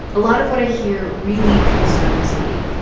a lot of what i hear really concerns me.